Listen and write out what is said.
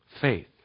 Faith